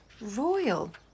Royal